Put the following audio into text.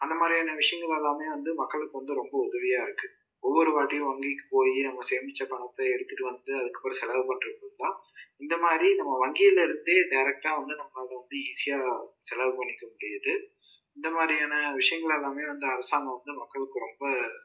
அந்த மாதிரியான விஷயங்கள் எல்லாமே வந்து மக்களுக்கு வந்து ரொம்ப உதவியாக இருக்குது ஒவ்வொரு வாட்டியும் வங்கிக்கு போய் நம்ம சேமித்த பணத்தை எடுத்துகிட்டு வந்து அதுக்கப்புறம் செலவு பண்ணுறதுக்கு பதிலாக இந்த மாதிரி நம்ம வங்கியில் இருந்தே டேரெக்டாக வந்து நம்மளால் வந்து ஈஸியாக செலவு பண்ணிக்க முடியுது இந்த மாதிரியான விஷயங்கள் எல்லாமே வந்து அரசாங்கம் வந்து மக்களுக்கு ரொம்ப